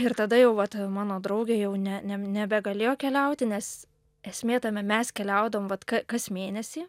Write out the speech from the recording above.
ir tada jau vat mano draugė jau ne nebegalėjo keliauti nes esmė tame mes keliaudavom vat ka kas mėnesį